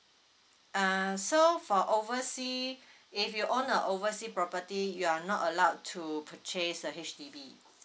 uh so for oversea if you own a oversea property you are not allowed to purchase the H_D_B